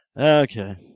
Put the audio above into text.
okay